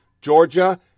Georgia